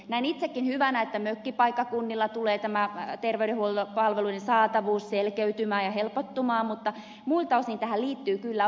näen itsekin hyvänä että mökkipaikkakunnilla tulee tämä terveydenhuollon palveluiden saatavuus selkeytymään ja helpottumaan mutta muilta osin tähän liittyy kyllä ongelmiakin